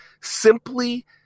simply